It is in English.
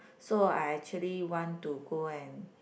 so I actually want to go and